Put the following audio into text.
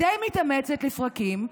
די מתאמצת לפרקים,